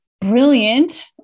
brilliant